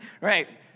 Right